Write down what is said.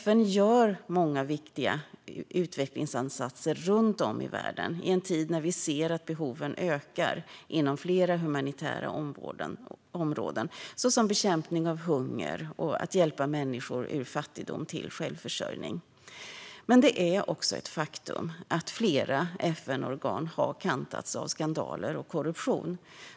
FN gör många viktiga utvecklingsinsatser runt om i världen i en tid när vi ser att behoven ökar inom flera humanitära områden som bekämpning av hunger och att hjälpa människor ur fattigdom till självförsörjning. Men det är också ett faktum att flera FN-organ har kantats av skandaler och korruption.